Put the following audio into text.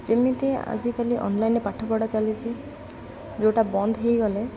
ଯେମିତି ଆଜିକାଲି ଅନଲାଇନ୍ରେ ପାଠପଢ଼ା ଚାଲିଛି ଯେଉଁଟା ବନ୍ଦ ହେଇଗଲେ